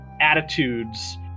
attitudes